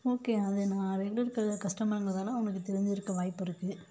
okay அது நான் regular கடை கஸ்டமர்ங்கறதால் அவனுக்கு தெரிஞ்சுருக்க வாய்ப்பு இருக்கு